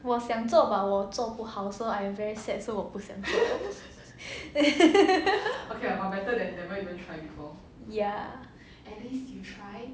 我想做 but 我做不好 so I am very sad so 我不想做 ya